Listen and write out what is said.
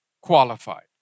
qualified